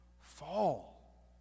fall